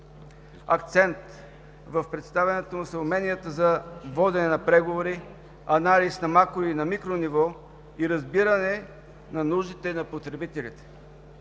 Акцент в представянето му са уменията за водене на преговори, анализ на макро- и на микрониво и разбиране на нуждите на потребителите.